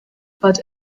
but